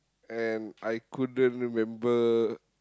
and I couldn't remember